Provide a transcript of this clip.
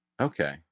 Okay